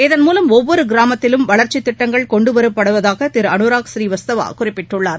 இதன்மூலம் ஒவ்வொரு கிராமத்திலும் வளர்ச்சி திட்டங்கள் கொண்டுவரப்படுவதாக திரு அலுராக் ஸ்ரீவத்ஸவா குறிப்பிட்டுள்ளார்